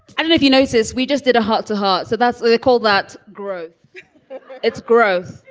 and and if you notice, we just did a heart to heart. so that's the cold, that growth it's growth.